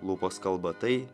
lūpos kalba tai